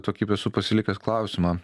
tokį esu pasilikęs klausimą